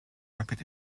rapid